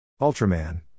Ultraman